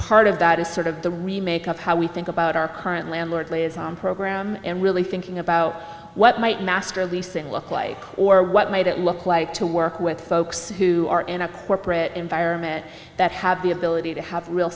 part of that is sort of the remake of how we think about our current landlord program and really thinking about what might master leasing look like or what made it look like to work with folks who are in a corporate environment that have the a bill to have real